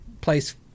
place